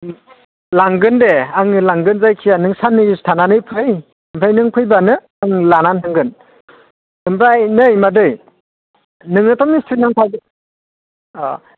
लांगोन दे आंनो लांगोन जायखि जाया नों सान्नैसो थानानै फै ओमफाय नों फैबानो आङो लानानै थांगोन ओमफाय नै मादै नोङोथ' मिस्थ्रिनि नाम्बार